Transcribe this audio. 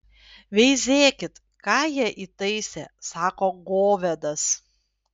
veizėkit ką jie įtaisė sako govedas